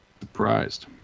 surprised